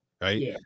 right